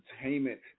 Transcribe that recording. Entertainment